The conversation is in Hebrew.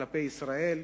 כלפי ישראל.